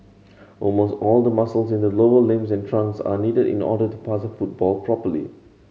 almost all the muscles in the lower limbs and trunk are needed in order to pass a football properly